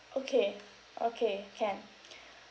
okay okay can